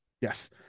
Yes